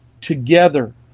together